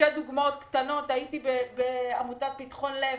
הייתי בעמותת פתחון לב